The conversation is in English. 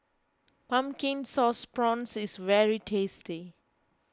Pumpkin Sauce Prawns is very tasty